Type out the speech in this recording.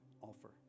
offer